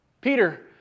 Peter